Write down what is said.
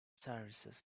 services